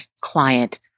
client